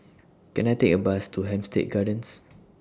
Can I Take A Bus to Hampstead Gardens